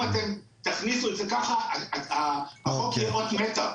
אם אתם תכניסו את זה ככה, החוק יהיה אות מתה.